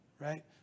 right